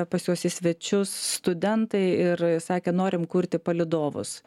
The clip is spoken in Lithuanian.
pas juos į svečius studentai ir sakė norim kurti palydovus